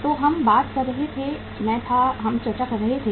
तो हम बात कर रहे थे मैं था हम चर्चा कर रहे थे